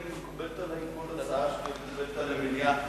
מקובלת עלי כל הצעה שמקובלת על המליאה.